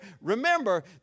remember